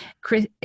Chris